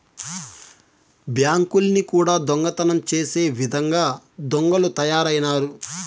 బ్యాంకుల్ని కూడా దొంగతనం చేసే ఇదంగా దొంగలు తయారైనారు